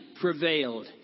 prevailed